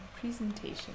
Presentation